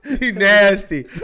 Nasty